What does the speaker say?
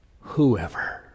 whoever